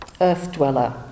Earth-Dweller